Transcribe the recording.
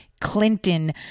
Clinton